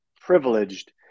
privileged